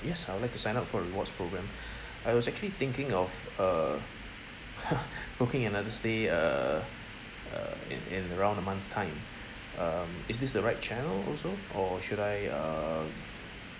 yes I would like to sign up for a rewards programme I was actually thinking of uh booking another stay err uh in in around a month's time um is this the right channel also or should I err